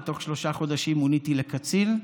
ותוך שלושה חודשים מוניתי לקצין,